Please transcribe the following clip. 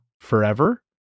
forever